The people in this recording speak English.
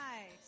Nice